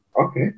Okay